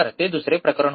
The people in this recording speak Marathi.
ते दुसरे प्रकरण होते